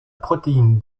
protéine